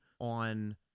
on